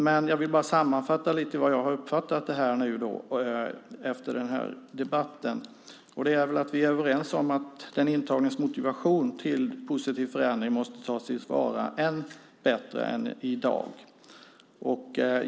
Låt mig lite grann sammanfatta hur jag uppfattar frågan efter denna debatt. Vi är överens om att den intagnes motivation till positiv förändring måste tas till vara ännu bättre än i dag.